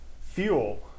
fuel